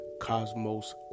cosmos